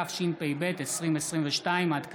התשפ"ב 2022. עד כאן.